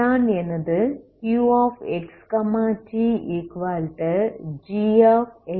இதுதான் எனது Qx tgx2αt